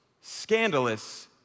scandalous